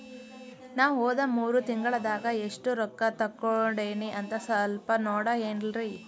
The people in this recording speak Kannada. ನಾ ಹೋದ ಮೂರು ತಿಂಗಳದಾಗ ಎಷ್ಟು ರೊಕ್ಕಾ ತಕ್ಕೊಂಡೇನಿ ಅಂತ ಸಲ್ಪ ನೋಡ ಹೇಳ್ರಿ